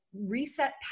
reset